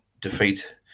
defeat